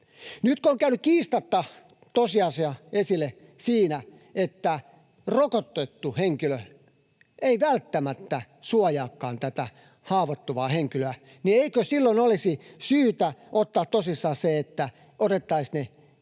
Nyt kun on käynyt kiistatta tosiasia esille siinä, että rokotettu henkilö ei välttämättä suojaakaan tätä haavoittuvaa henkilöä, niin eikö silloin olisi syytä ottaa tosissaan se, että otettaisiin ne testit